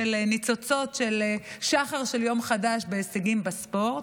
ניצוצות של שחר של יום חדש בהישגים בספורט,